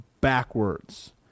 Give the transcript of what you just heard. backwards